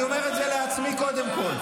אני אומר את זה לעצמי קודם כול.